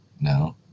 No